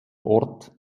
ort